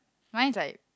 mine is like